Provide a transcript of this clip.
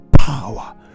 power